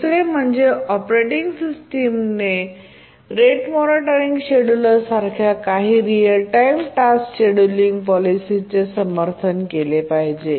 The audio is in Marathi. दुसरे म्हणजे ऑपरेटिंग सिस्टमने रेट मोनोटोनिक शेड्युलर सारख्या काही रीअल टाइम टास्क शेड्यूलिंग पॉलिसीचे समर्थन केले पाहिजे